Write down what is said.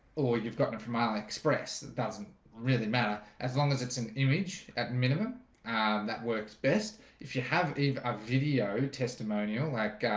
or you've gotten a from aliexpress that doesn't really matter as long as it's an image at minimum that works best if you have even a video testimonial like